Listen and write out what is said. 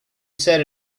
said